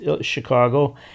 Chicago